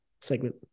segment